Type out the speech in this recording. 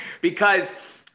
because-